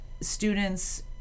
students